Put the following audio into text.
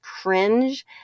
cringe